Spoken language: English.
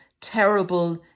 terrible